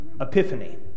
Epiphany